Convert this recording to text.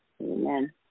Amen